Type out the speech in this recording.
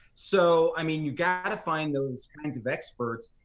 so, i mean, you've got to find those kind of experts,